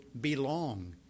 belong